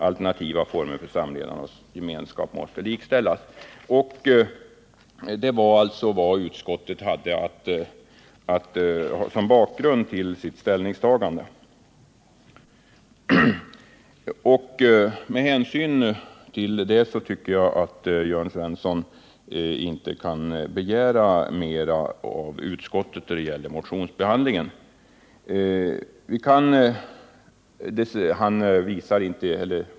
Alternativa former för samlevnad och gemenskap måste likställas.” ö Detta var vad utskottet hade som bakgrund till sitt ställningstagande och med hänsyn därtill tycker jag att Jörn Svensson inte kan begära mera av utskottet när det gäller motionsbehandlingen.